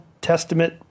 Testament